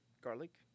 garlic